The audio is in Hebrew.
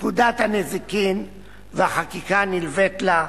פקודת הנזיקין והחקיקה הנלווית לה,